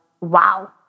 wow